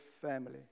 family